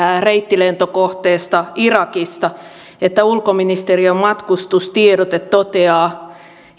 reittilentokohteesta irakista että ulkoministeriön matkustustiedote toteaa